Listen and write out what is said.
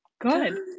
good